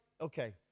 okay